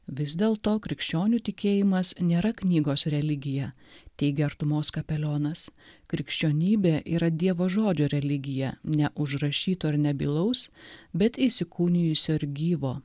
vis dėlto krikščionių tikėjimas nėra knygos religija teigia artumos kapelionas krikščionybė yra dievo žodžio religija ne užrašyto ir nebylaus bet įsikūnijusio ir gyvo